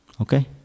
Okay